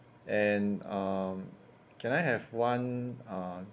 and um can I have one um